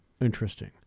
Interesting